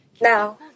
Now